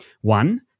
One